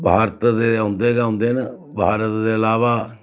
भारत दे औंदे गै औंदे न भारत दे लावा